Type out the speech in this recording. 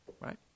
Right